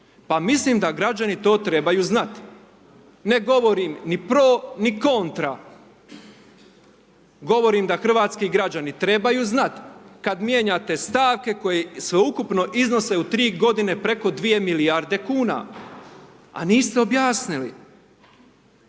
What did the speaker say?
Pa mislim da građani to trebaju znati. Ne govorim ni pro ni kontra, govorim da hrvatski građani trebaju znati kad mijenjate stavke koje sveukupno iznose u 3 godine preko 2 milijarde kuna a niste objasnili.